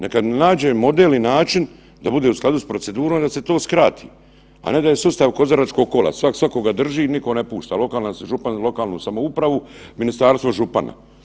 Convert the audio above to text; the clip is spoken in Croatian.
Neka nađe model i način da bude u skladu s procedurom da se to skrati, a ne da je sustav kozaračkog kola, svak svakoga drži niko ne pušta, župan lokalnu samoupravu, ministarstvo župana.